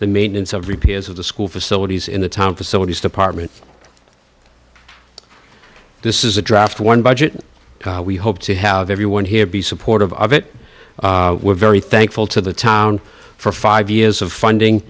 the maintenance of repairs of the school facilities in the town facilities department this is a draft one budget we hope to have everyone here be supportive of it we're very thankful to the town for five years of funding